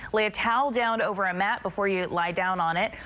lay a a towel down over a mat before you lie down on it,